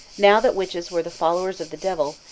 now that witches were the followers of the devil,